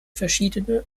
verschiedene